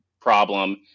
problem